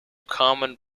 common